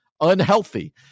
Unhealthy